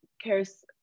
cares